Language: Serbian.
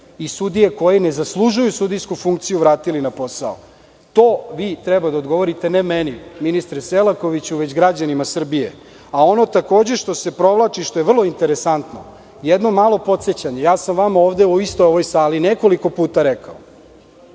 i sudije koji ne zaslužuju sudijsku funkciju vratili na posao? To vi treba da odgovorite, ne meni ministru Selakoviću, već građanima Srbije. Ono takođe što se provlači, što je vrlo interesantno, jedno malo podsećanje. Ja sam vama ovde u istoj ovoj sali nekoliko puta rekao